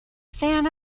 fan